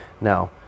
Now